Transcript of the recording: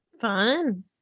Fun